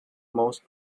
most